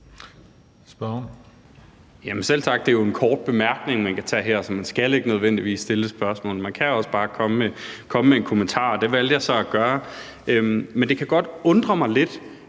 Selv tak. Det er jo en kort bemærkning, man kan tage her, så man skal ikke nødvendigvis stille et spørgsmål. Man kan også bare komme med en kommentar, og det valgte jeg så at gøre. Men det kan godt undre mig lidt,